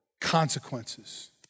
consequences